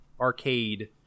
arcade